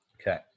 Okay